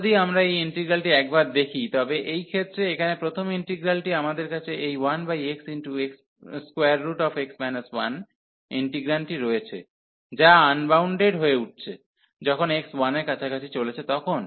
যদি আমরা এই ইন্টিগ্রালটি একবার দেখি তবে এই ক্ষেত্রে এখানে প্রথম ইন্টিগ্রালটি আমাদের কাছে এই 1xx 1 ইন্টিগ্রান্ডটি রয়েছে যা আনভবাউন্ডেড হয়ে উঠছে যখন x 1 এর কাছাকাছি চলেছে তখন